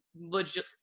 legit